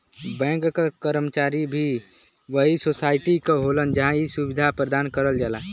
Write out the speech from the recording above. bank क कर्मचारी भी वही सोसाइटी क होलन जहां इ सुविधा प्रदान करल जाला